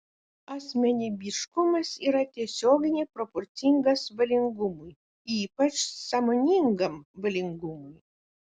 asmenybiškumas yra tiesioginiai proporcingas valingumui ypač sąmoningam valingumui